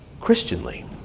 Christianly